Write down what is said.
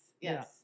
Yes